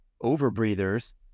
over-breathers